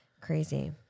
Crazy